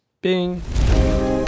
bing